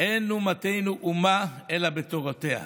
"אין אומתנו אומה אלא בתורותיה,